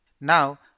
Now